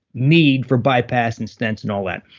need for bypass and stents and all that.